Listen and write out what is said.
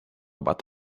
but